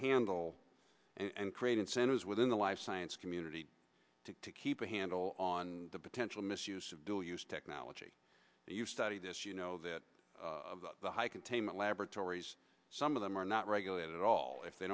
handle and create incentives within the life science community to keep a handle on the potential misuse of dual use technology that you study this you know that the high containment laboratories some of them are not regulated at all if they